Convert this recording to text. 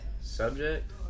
Subject